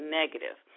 negative